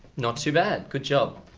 not to bad, good job.